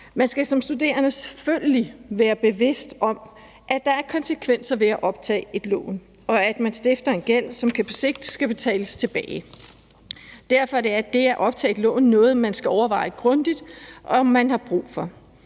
Man skal som studerende selvfølgelig være bevidst om, at der er konsekvenser ved at optage et lån, og at man stifter en gæld, som på sigt skal betales tilbage. Derfor er det at optage et lån noget, man skal overveje grundigt om man har brug for.